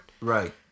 Right